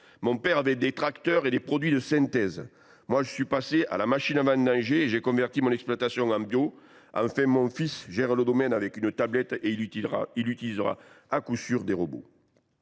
mon père avait des tracteurs et des produits de synthèse ; je suis passé à la machine à vendanger et j’ai converti mon exploitation au bio ; enfin, mon fils gère le domaine avec une tablette et utilisera à coup sûr des robots…